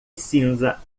cinza